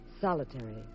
solitary